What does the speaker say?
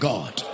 God